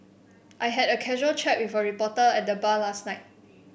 I had a casual chat with a reporter at the bar last night